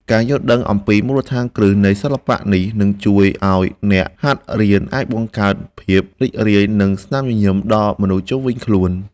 ការយល់ដឹងអំពីមូលដ្ឋានគ្រឹះនៃសិល្បៈនេះនឹងជួយឱ្យអ្នកហាត់រៀនអាចបង្កើតភាពរីករាយ និង ស្នាមញញឹមដល់មនុស្សជុំវិញខ្លួន។